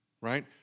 right